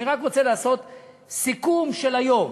אני רק רוצה לעשות סיכום של היום,